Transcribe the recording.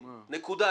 נקודה.